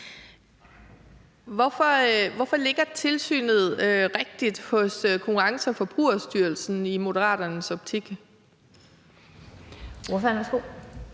Hvorfor ligger tilsynet rigtigt hos Konkurrence- og Forbrugerstyrelsen i Moderaternes optik?